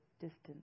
distance